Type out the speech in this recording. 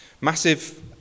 Massive